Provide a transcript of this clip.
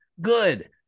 good